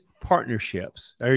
partnerships